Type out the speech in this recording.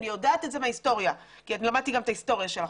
אני יודעת את זה מההיסטוריה כי אני למדתי גם את ההיסטוריה של החופים,